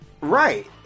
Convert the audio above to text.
Right